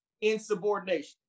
insubordination